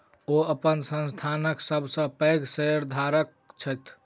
ओ अपन संस्थानक सब सॅ पैघ शेयरधारक छथि